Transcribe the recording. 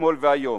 אתמול והיום.